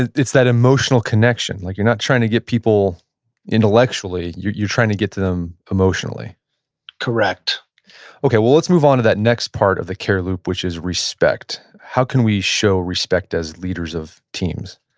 it's that emotional connection. like you're not trying to get people intellectually. you're you're trying to get to them emotionally correct okay, well, let's move onto that next part of the care loop, which is respect. how can we show respect as leaders of teams?